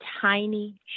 tiny